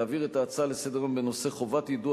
להעביר את ההצעה לסדר-היום בנושא: חובת יידוע